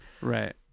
Right